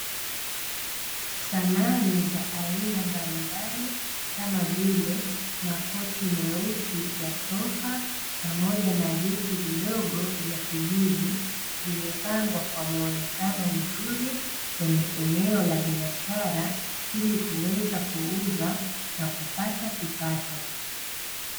Samani za aina mbalimbali kama vile makochi meusi ya sofa, pamoja na viti vidogo vya kijivu vimepangwa kwa muonekano mzuri kwenye eneo la biashara ili kuweza kuuza na kupata kipato.